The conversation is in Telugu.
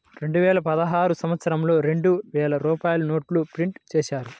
రెండువేల పదహారు సంవత్సరంలో రెండు వేల రూపాయల నోట్లు ప్రింటు చేశారు